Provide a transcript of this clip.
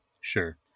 sure